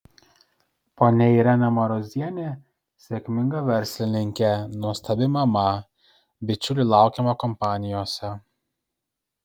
ponia irena marozienė sėkminga verslininkė nuostabi mama bičiulių laukiama kompanijose